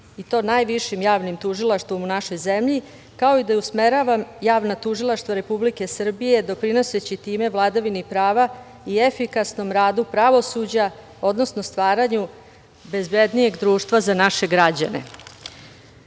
i to najvišim javnim tužilaštvom u našoj zemlji, kao i da usmeravam javna tužilaštva Republike Srbije doprinoseći time vladavini prava i efikasnom radu pravosuđa, odnosno stvaranju bezbednijeg društva za naše